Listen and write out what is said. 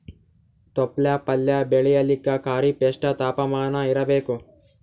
ತೊಪ್ಲ ಪಲ್ಯ ಬೆಳೆಯಲಿಕ ಖರೀಫ್ ಎಷ್ಟ ತಾಪಮಾನ ಇರಬೇಕು?